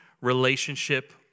relationship